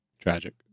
Tragic